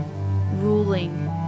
ruling